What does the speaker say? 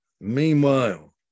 meanwhile